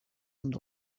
and